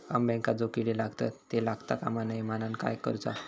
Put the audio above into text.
अंब्यांका जो किडे लागतत ते लागता कमा नये म्हनाण काय करूचा?